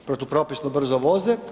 Protupropisno brzo voze.